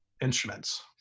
instruments